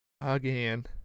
Again